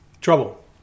trouble